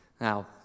Now